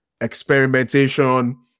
experimentation